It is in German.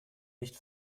nicht